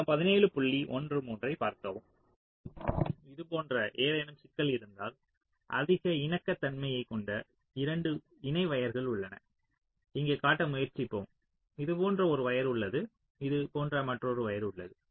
இப்போது இதுபோன்ற ஏதேனும் சிக்கல் இருந்தால் அதிக இணக்கத்தன்மையைக் கொண்ட 2 இணை வயர்கள் உள்ளன இங்கே காட்ட முயற்சிப்போம் இது போன்ற ஒரு வயர் உள்ளது இது போன்ற மற்றொரு வயர் உள்ளது